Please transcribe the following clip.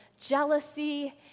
jealousy